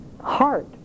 Heart